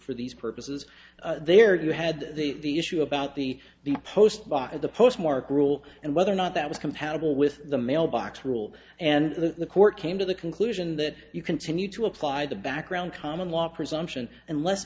these purposes there you had the issue about the the postbox of the postmark rule and whether or not that was compatible with the mailbox rule and the court came to the conclusion that you continue to apply the background common law presumption unless